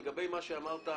לגבי מה שאמרת: